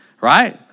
right